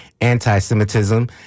anti-Semitism